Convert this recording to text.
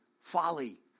folly